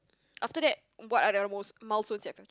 after that what are the other most milestones you have